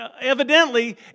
Evidently